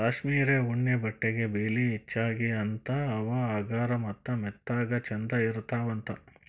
cashmere ಉಣ್ಣೆ ಬಟ್ಟೆಗೆ ಬೆಲಿ ಹೆಚಗಿ ಅಂತಾ ಅವ ಹಗರ ಮತ್ತ ಮೆತ್ತಗ ಚಂದ ಇರತಾವಂತ